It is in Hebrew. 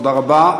תודה רבה.